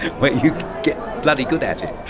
where you get bloody good at it.